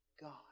God